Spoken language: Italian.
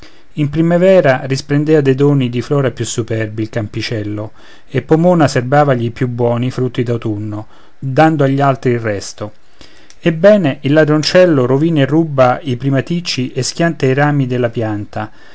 in primavera risplendea dei doni di flora più superbi il campicello e pomona serbavagli i più buoni frutti d'autunno dando agli altri il resto ebbene il ladroncello rovina e ruba i primaticci e schianta i rami della pianta